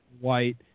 white